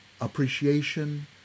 appreciation